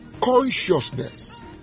consciousness